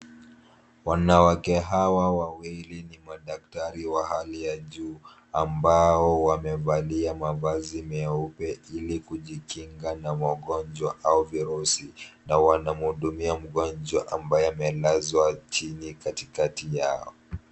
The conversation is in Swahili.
Wanawake hawa wawili ni madaktari wa hali ya juu ambao wamevalia mavazi meupe ili kujikinga na magonjwa au virusi, na wanamhudumia mgonjwa ambaye amelazwa chini katikati yao.